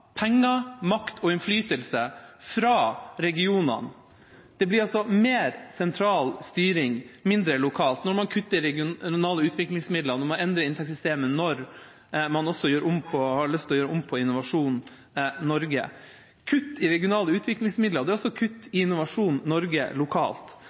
penger, makt og innflytelse fra regionene. Det blir altså mer sentral styring og mindre lokal styring når man kutter i de regionale utviklingsmidlene, når man endrer inntektssystemet, og når man også har lyst å gjøre om på Innovasjon Norge. Kutt i regionale utviklingsmidler er også kutt i Innovasjon Norge lokalt,